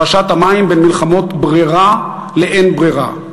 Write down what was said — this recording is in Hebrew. פרשת המים בין מלחמות ברירה לאין ברירה.